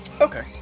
Okay